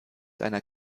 seiner